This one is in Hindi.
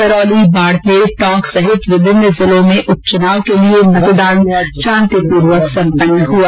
करौली बाड़मेर टोंक सहित विभिन्न जिलों में उपचुनाव के लिए मतदान शांतिपूर्वक सम्पन्न हुआ